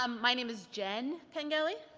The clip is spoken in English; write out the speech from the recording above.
um my name is jen pengelly.